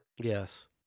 Yes